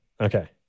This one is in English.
Okay